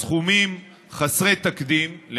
כל זה יקרה,